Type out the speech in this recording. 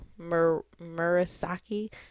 murasaki